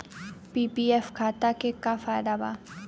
PPF खाता के का फायदा बा?